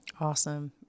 Awesome